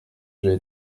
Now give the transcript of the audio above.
j’ai